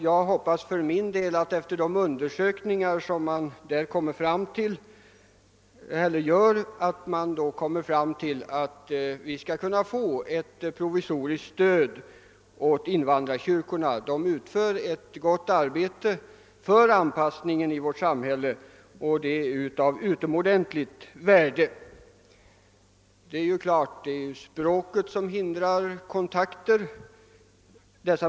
Jag hoppas att detta utskott, efter de undersökningar man där gör, skall komma fram till att invandrarkyrkorna bör få ett provisoriskt stöd. De utför ett gott arbete för anpassningen till vårt samhälle, och det är av utomordentligt värde. Naturligtvis är språket ett kontakthinder.